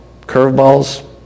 curveballs